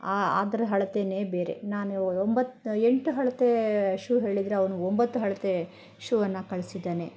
ಅ ಅದ್ರ ಅಳತೆಯೇ ಬೇರೆ ನಾನು ಒಂಬತ್ತು ಎಂಟು ಅಳ್ತೆ ಶೂ ಹೇಳಿದ್ದರೆ ಅವನು ಒಂಬತ್ತು ಅಳ್ತೆ ಶೂವನ್ನು ಕಳಿಸಿದ್ದಾನೆ